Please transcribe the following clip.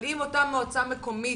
אבל אם אותה מועצה מקומית